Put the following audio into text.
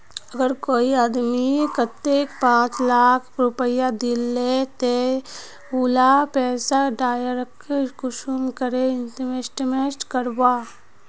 अगर कोई आदमी कतेक पाँच लाख रुपया दिले ते ती उला पैसा डायरक कुंसम करे इन्वेस्टमेंट करबो?